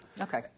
Okay